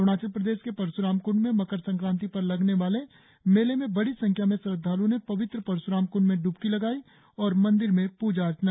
अरुणाचल प्रदेश के परशुराम कंड में मकर संक्रांति पर लगने वाले मेले में बड़ी संख्या में श्रद्धालुओं ने पवित्र परशुराम कुंड में डुबकी लगाई और मंदिर में पूजा अर्चना किया